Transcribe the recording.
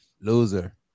Loser